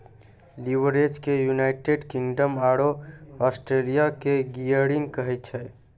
leverage के United Kingdom आरो Australia मे गियरिंग कहै छै